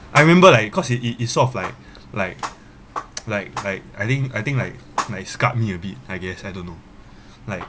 I remember like cause it it it sort of like like like like I think I think like like scarred me a bit I guess I don't know like